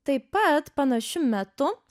taip pat panašiu metu